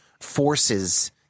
forces